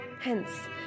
Hence